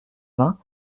vingts